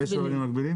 יש יבואנים מקבילים.